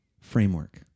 framework